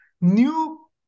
new